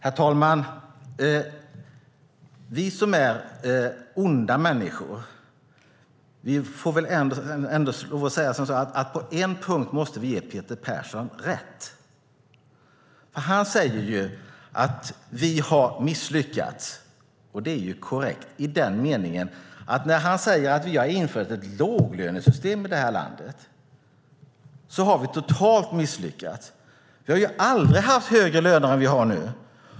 Herr talman! Vi som är onda människor får väl ändå lov att säga att vi på en punkt måste ge Peter Persson rätt. Han säger att vi har misslyckats. Det är korrekt i den meningen att när han säger att vi har infört ett låglönesystem i detta land har vi totalt misslyckats. Vi har aldrig haft högre löner än vi har nu.